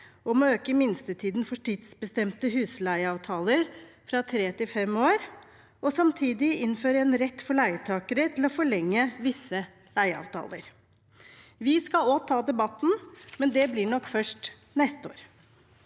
om å øke minstetiden for tidsbestemte husleieavtaler fra tre til fem år og samtidig innføre en rett for leietakere til å forlenge visse leieavtaler. Vi skal også ta debatten, men det blir nok først neste år.